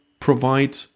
Provide